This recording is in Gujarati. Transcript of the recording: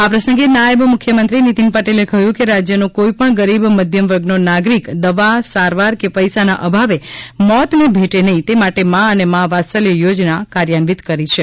આ પ્રસંગે નાયબ મુખ્યમંત્રી શ્રી પટેલે કહ્યું કે રાજ્યનો કોઇપગ્ન ગરીબ મધ્યમ વર્ગનો નાગરિક દવા સારવાર કે પૈસાના અભાવે મોતને ભેટે નહી તે માટે મા અને મા વાત્સલ્ય યોજના કાર્યાન્વિત કરી હતી